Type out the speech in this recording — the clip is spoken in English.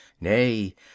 Nay